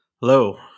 Hello